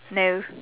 no